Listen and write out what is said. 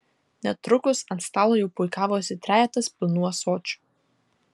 netrukus ant stalo jau puikavosi trejetas pilnų ąsočių